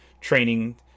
training